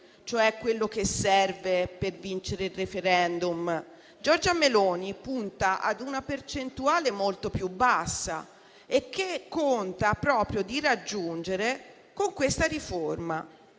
cioè quello che serve per vincere il *referendum.* Giorgia Meloni punta a una percentuale molto più bassa, che conta di raggiungere proprio con questa riforma.